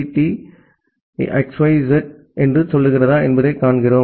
D xyz என்று சொல்லுகிறதா என்பதைக் காண்கிறோம்